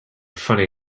funny